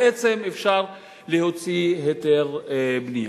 אפשר יהיה להוציא היתר בנייה.